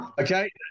Okay